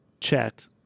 chat